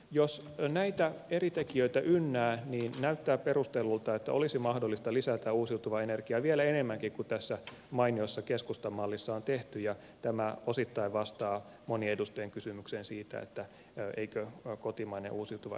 jos näitä eri tekijöitä ynnää niin näyttää perustellulta että olisi mahdollista lisätä uusiutuvaa energiaa vielä enemmänkin kuin tässä mainiossa keskustan mallissa on tehty ja tämä osittain vastaa monien edustajien kysymykseen siitä eikö kotimainen uusiutuva energia riitä